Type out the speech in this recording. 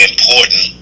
important